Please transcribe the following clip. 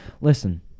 Listen